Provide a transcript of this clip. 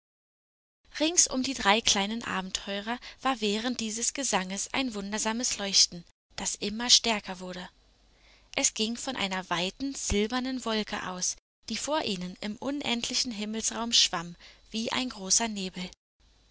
rings um die drei kleinen abenteurer war während dieses gesanges ein wundersames leuchten das immer stärker wurde es ging von einer weiten silbernen wolke aus die vor ihnen im unendlichen himmelsraum schwamm wie ein großer nebel